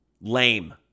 lame